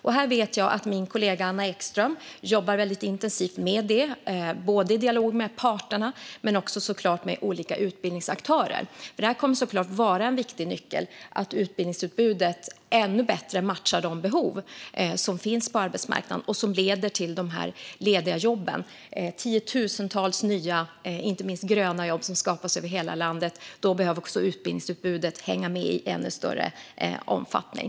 Jag vet att min kollega Anna Ekström jobbar väldigt intensivt med detta både i dialog med parterna och också såklart med olika utbildningsaktörer. Att utbildningsutbudet ännu bättre matchar de behov som finns på arbetsmarknaden och som leder till de lediga jobben - tiotusentals nya inte minst gröna jobb som skapas över hela landet - kommer naturligtvis att vara en viktig nyckel. Då behöver också utbildningsutbudet hänga med i ännu större omfattning.